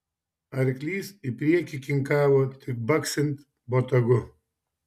arklys į priekį kinkavo tik baksint botagu